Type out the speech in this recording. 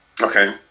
Okay